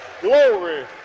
Glory